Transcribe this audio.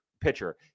pitcher